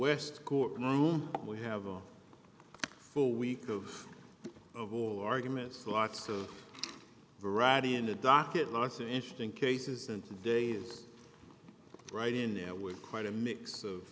west cork norm we have a full week of of all arguments lots of variety in the docket lots of interesting cases and today is right in there with quite a mix of